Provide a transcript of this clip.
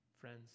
friends